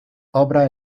obras